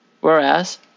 whereas